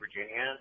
Virginia